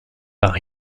par